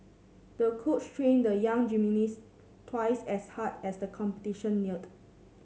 the coach trained the young gymnast twice as hard as the competition neared